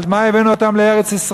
על מה הבאנו אותם לארץ-ישראל?